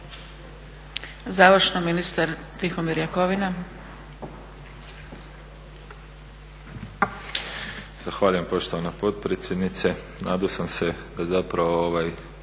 Završno, ministar Tihomir Jakovina.